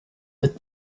but